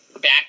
Back